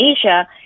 Asia